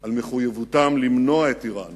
על מחויבותם למנוע מאירן